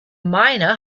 miner